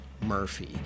murphy